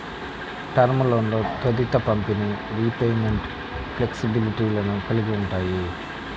term లోన్లు త్వరిత పంపిణీ, రీపేమెంట్ ఫ్లెక్సిబిలిటీలను కలిగి ఉంటాయి